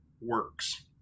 works